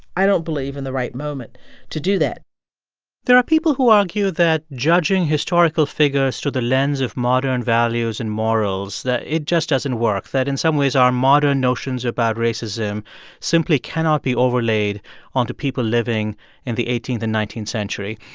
i don't believe, in the right moment to do that there are people who argue that judging historical figures through the lens of modern values and morals, that it just doesn't work, that, in some ways, our modern notions about racism simply cannot be overlaid onto people living in the eighteenth and nineteenth century.